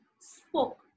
spoke